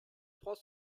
trois